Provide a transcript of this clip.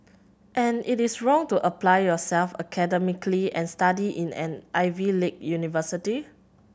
and it is wrong to apply yourself academically and study in an Ivy league university